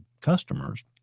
customers